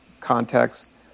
context